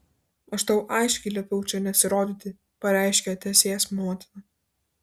aš tau aiškiai liepiau čia nesirodyti pareiškė tesės motina